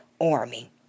army